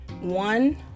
one